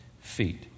feet